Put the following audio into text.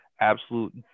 absolute